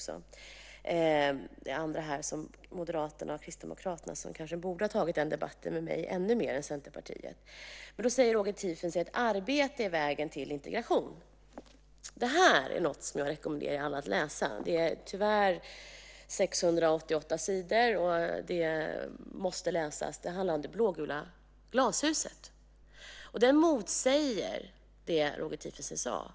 Det finns andra här, moderater och kristdemokrater, som kanske borde ha tagit den debatten med mig ännu hellre än Centerpartiet. Roger Tiefensee säger att arbete är vägen till integration. Den bok jag håller upp för kammarens ledamöter rekommenderar jag alla att läsa. Tyvärr är den på 688 sidor. Den handlar om det blågula glashuset och motsäger det som Roger Tiefensee sade om